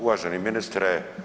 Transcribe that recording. Uvaženi ministre.